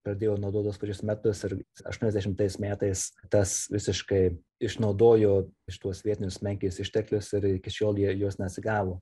pradėjo naudot tuos pačius metodus ir aštuoniasdešimtais metais tas visiškai išnaudojo šituos vietinius menkės išteklius ir iki šiol jie jos neatsigavo